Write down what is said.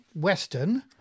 western